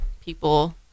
people